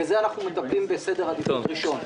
בזה אנחנו מטפלים בסדר עדיפות ראשון.